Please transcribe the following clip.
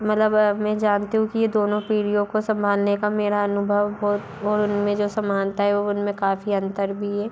मल्लब मैं जानती हूँ कि ये दोनों पीढ़ियों को संभालने का मेरा अनुभव बहुत और उनमें जो समानता है वो उनमें काफ़ी अंतर भी है